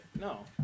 no